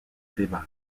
débat